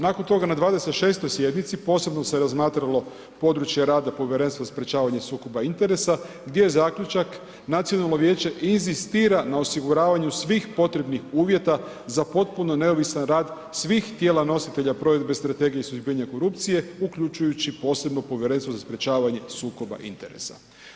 Nakon toga na 26. sjednici posebno se razmatralo područje rada Povjerenstva za sprječavanje sukoba interesa gdje je zaključak nacionalno vijeće inzistira na osiguravanju svih potrebnih uvjeta za potpuno neovisan rad svih tijela nositelja provedbe i strategije suzbijanja korupcije uključujući posebno Posebno povjerenstvo za sprječavanje sukoba interesa.